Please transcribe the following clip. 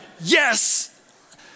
yes